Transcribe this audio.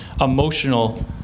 emotional